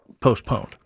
postponed